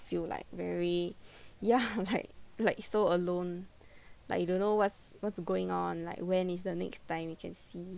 feel like very ya like like so alone like you don't know what's what's going on like when is the next time you can see